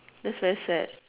that's very sad